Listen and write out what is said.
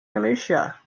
militia